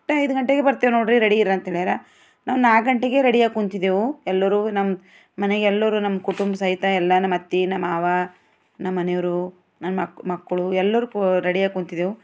correct ಐದು ಗಂಟೆಗೆ ಬರ್ತೇವೆ ನೋಡ್ರೀ ರೆಡಿ ಇರಿ ಅಂತ ಹೇಳ್ಯಾರ ನಾವು ನಾಲ್ಕು ಗಂಟೆಗೆ ರೆಡಿಯಾಗಿ ಕೂತಿದ್ದೆವು ಎಲ್ಲರೂ ನಮ್ಮ ಮನೆಗೆ ಎಲ್ಲರು ನಮ್ಮ ಕುಟುಂಬ ಸಹಿತ ಎಲ್ಲ ನಮ್ಮ ಅತ್ತೆ ಮಾವ ನಮ್ಮ ಮನೆಯವರು ನನ್ನ ಮಕ್ ಮಕ್ಕಳು ಎಲ್ಲರೂ ರೆಡಿಯಾಗಿ ಕೂತಿದ್ದೆವು